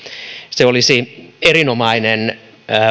se olisi erinomainen